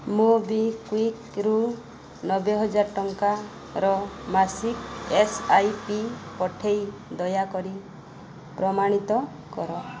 ମୋବିକ୍ଵିକ୍ରୁ ନବେହଜାର ଟଙ୍କାର ମାସିକ ଏସ୍ ଆଇ ପି ପଠାଇ ଦୟାକରି ପ୍ରମାଣିତ କର